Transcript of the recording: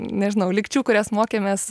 nežinau lygčių kurias mokėmės